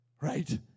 right